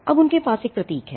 अब उनके पास एक प्रतीक है